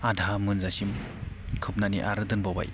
आधा मोनजासिम खोबनानै आरो दोनबावबाय